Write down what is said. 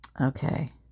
Okay